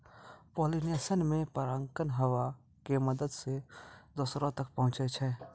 pollination मे परागकण हवा के मदत से दोसरो तक पहुचै छै